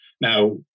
Now